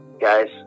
guys